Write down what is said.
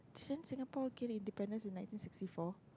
didn't Singapore gain independence in ninety sixty four